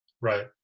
Right